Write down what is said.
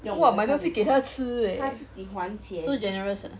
!wah! 买东西给他吃 eh so generous ah